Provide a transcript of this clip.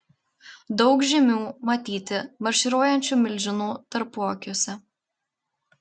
daug žymių matyti marširuojančių milžinų tarpuakiuose